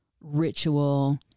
ritual